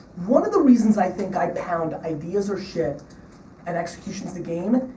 one of the reasons i think i pound ideas are shit and execution's the game,